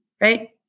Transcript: right